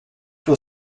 will